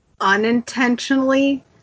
unintentionally